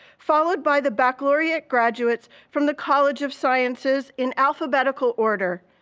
followed by the baccalaureate graduates from the college of sciences, in alphabetical order,